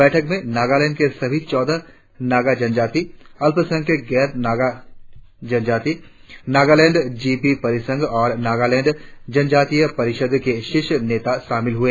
बैठक में नगालैंड के सभी चौदह नगा जनजाति अल्पसंख्यक गैर नगा जनजाति नगालैंड जी बी परिसंघ और नगालैंड जनजातीय परिषद के शीर्ष नेता शामिल हुए